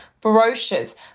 brochures